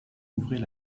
ouvrait